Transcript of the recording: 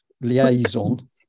liaison